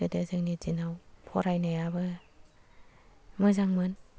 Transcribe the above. गोदो जोंनि दिनाव फरायनायाबो मोजांमोन